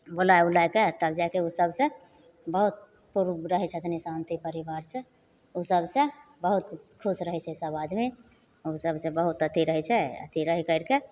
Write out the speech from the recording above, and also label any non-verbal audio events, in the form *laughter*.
बोलाय उलायके तब जाके उ सबसँ बहुत *unintelligible* रहय छथिन शान्ति परिवारसँ उ सबसँ बहुत खुश रहय छै सब आदमी उ सबसँ बहुत अथी रहय छै अथी रहि करिके